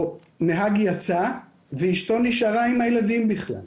או נהג יצא ואשתו נשארה עם הילדים בכלל,